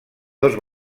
dos